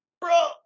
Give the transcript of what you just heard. Bro